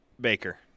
Baker